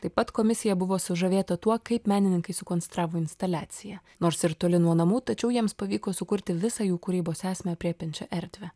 taip pat komisija buvo sužavėta tuo kaip menininkai sukonstravo instaliaciją nors ir toli nuo namų tačiau jiems pavyko sukurti visą jų kūrybos esmę aprėpiančią erdvę